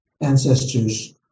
ancestors